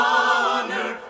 honor